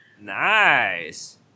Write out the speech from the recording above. Nice